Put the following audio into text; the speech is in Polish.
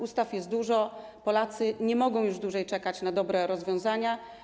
Ustaw jest dużo, Polacy nie mogą już dłużej czekać na dobre rozwiązania.